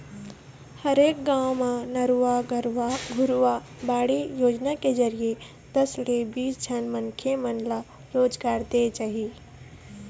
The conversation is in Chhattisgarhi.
हरेक गाँव म नरूवा, गरूवा, घुरूवा, बाड़ी योजना के जरिए दस ले बीस झन मनखे मन ल रोजगार देय जाही